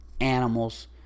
animals